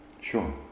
Sure